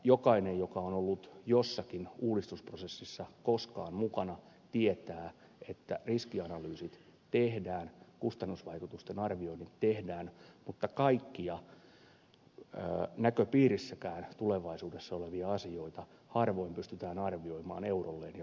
jokainen joka on ollut jossakin uudistusprosessissa koskaan mukana tietää että riskianalyysit tehdään kustannusvaikutusten arvioinnit tehdään mutta kaikkia näköpiirissäkään tulevaisuudessa olevia asioita harvoin pystytään arvioimaan eurolleen ja pilkulleen